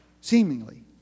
Seemingly